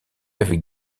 avec